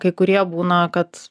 kai kurie būna kad